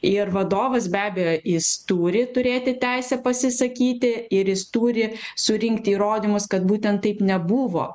ir vadovas be abejo jis turi turėti teisę pasisakyti ir jis turi surinkti įrodymus kad būtent taip nebuvo